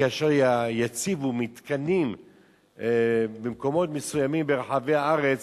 כאשר יציבו מתקנים במקומות מסוימים ברחבי הארץ,